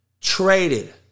traded